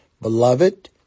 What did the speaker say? Beloved